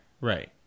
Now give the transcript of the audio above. Right